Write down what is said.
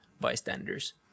bystanders